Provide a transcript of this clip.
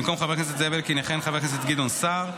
במקום חבר הכנסת זאב אלקין יכהן חבר הכנסת גדעון סער,